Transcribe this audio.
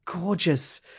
gorgeous